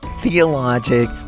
theologic